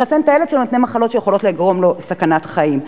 לחסן את הילד שלו מפני מחלות שיכולות לגרום לו סכנת חיים.